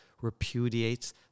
repudiates